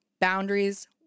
Boundaries